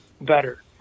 better